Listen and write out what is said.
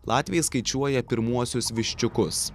latviai skaičiuoja pirmuosius viščiukus